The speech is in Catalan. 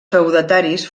feudataris